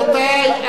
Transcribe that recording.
תודה רבה, רבותי.